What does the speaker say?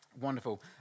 Wonderful